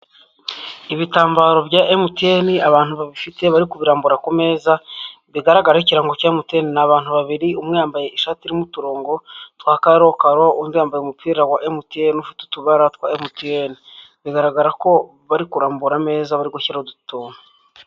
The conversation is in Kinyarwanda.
Ibitambaro bya MTN abantu babifite bari kubirambura ku meza, bigaragaraho ikirango cya MTN ni abantu babiri, umwe yambaye ishati irimo uturongo twa karokaro, undi yambaye umupira wa MTN ufite utubara twa MTN, bigaragara ko bari kurambura ameza, bari gushyiraho utu tuntu.